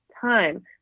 time